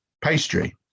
pastry